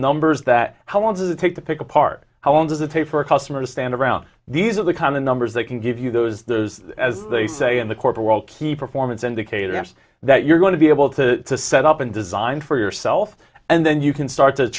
numbers that i want to take the pick apart how long does it take for a customer stand around these are the kind of numbers they can give you those there's as they say in the corporate world key performance indicators that you're going to be able to set up and design for yourself and then you can start to